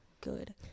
good